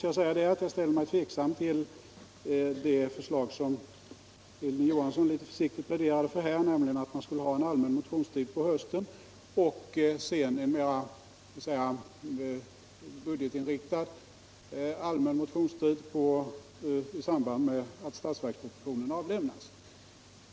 Jag ställer mig tveksam till det förslag som Hilding Johansson nu försiktigt pläderade för, nämligen att man skall ha en allmän motionstid på hösten och sedan en mer budgetinriktad allmän motionstid i samband med att statsverkspropostionen avlämnas.